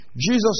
Jesus